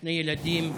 שני ילדים,